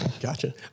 Gotcha